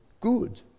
good